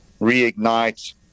reignite